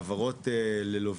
וכך גם העברות ללווים.